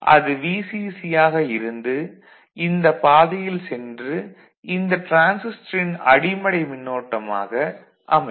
அது VCC ஆக இருந்து இந்த பாதையில் சென்று இந்த டிரான்சிஸ்டரின் அடிமனை மின்னோட்டமாக அமையும்